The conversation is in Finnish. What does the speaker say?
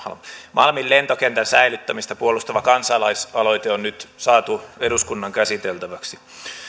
malmin lentokentän säilyttämistä puolustava kansalaisaloite on nyt saatu eduskunnan käsiteltäväksi